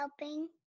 Helping